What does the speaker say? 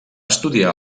estudiar